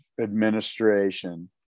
administration